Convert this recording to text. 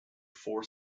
four